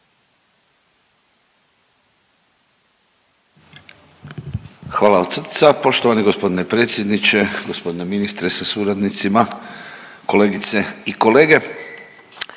Hvala od srca. Poštovani g. predsjedniče, g. ministre sa suradnicima, kolegice i kolege.